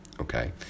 okay